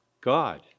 God